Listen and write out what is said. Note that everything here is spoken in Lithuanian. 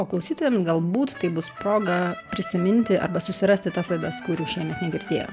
o klausytojams galbūt tai bus proga prisiminti arba susirasti tas laidas kurių šie net negirdėjo